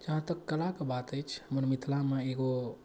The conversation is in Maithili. जहाँ तक कलाके बात अछि हमर मिथिलामे एगो